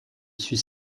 suis